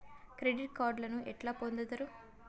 Credit కార్డులను ఎట్లా పొందుతరు?